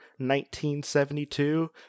1972